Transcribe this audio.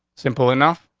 simple enough.